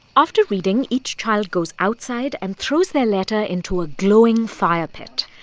after reading, each child goes outside and throws their letter into a glowing fire pit.